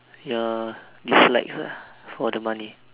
ya it's like uh for the money